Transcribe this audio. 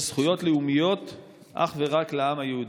יש זכויות לאומיות אך ורק לעם היהודי.